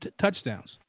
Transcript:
touchdowns